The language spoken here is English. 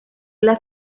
left